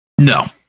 no